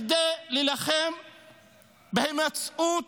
בכדי להילחם בהימצאות